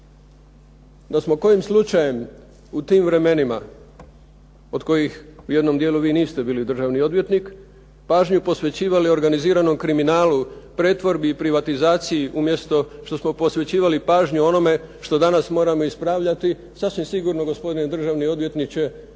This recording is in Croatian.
Da smo kojim slučajem u tim vremenima od kojih u jednom dijelu vi niste bili državni odvjetnik, pažnju posvećivali organiziranom kriminalu pretvorbi i privatizaciji umjesto što smo posvećivali pažnju onome što danas moramo ispravljati sasvim sigurno, gospodine državni odvjetniče,